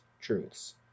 truths